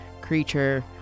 creature